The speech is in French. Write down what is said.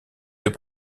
deux